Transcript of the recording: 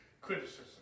criticism